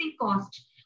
cost